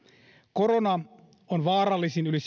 korona on vaarallisin yli